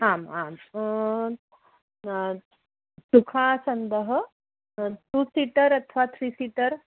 आम् आं सुखासन्दः टु सिटर् अथवा थ्रि सिटर्